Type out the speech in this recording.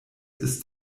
ist